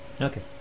okay